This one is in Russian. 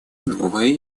новое